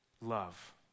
love